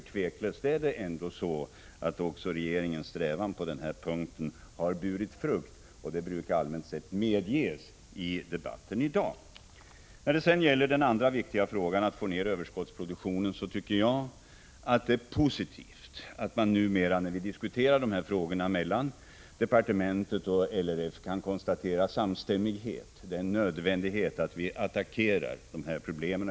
Otvivelaktigt har ändå regeringens strävan på den här punkten burit frukt, och det brukar allmänt sett medges i debatten i dag. När det gäller den andra viktiga frågan, att få ned överskottsproduktionen, tycker jag att det är positivt att man numera, när vi diskuterar de här frågorna mellan departementet och LRF, kan konstatera en samstämmighet — det är nödvändigt att vi attackerar dessa problem.